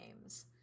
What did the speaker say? names